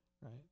right